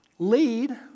Lead